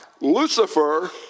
Lucifer